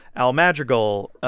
al madrigal,